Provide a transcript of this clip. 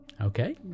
Okay